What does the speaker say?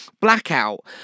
blackout